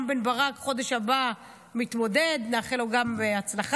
בחודש הבא רם בן ברק מתמודד, נאחל לו בהצלחה.